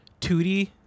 2D